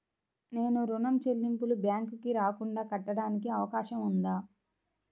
నేను ఋణం చెల్లింపులు బ్యాంకుకి రాకుండా కట్టడానికి అవకాశం ఉందా?